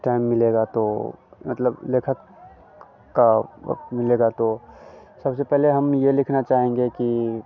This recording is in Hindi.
टाइम मिलेगा तो मतलब लेखक का वक्त मिलेगा तो सबसे पहले हम यह लिखना चाहेंगे कि